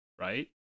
right